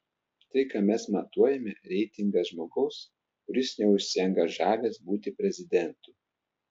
tai ką mes matuojame reitingas žmogaus kuris neužsiangažavęs būti prezidentu